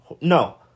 No